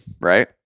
Right